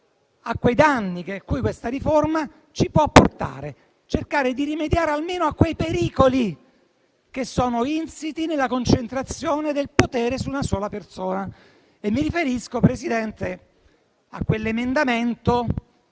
a quei danni a cui questa riforma ci può portare, di cercare di rimediare almeno a quei pericoli che sono insiti nella concentrazione del potere su una sola persona. Mi riferisco a quell'emendamento